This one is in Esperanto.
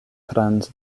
trans